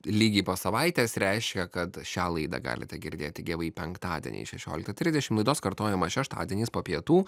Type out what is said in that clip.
lygiai po savaitės reiškia kad šią laidą galite girdėti gyvai penktadieniais šešioliktą trisdešimt laidos kartojimą šeštadieniais po pietų